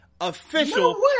official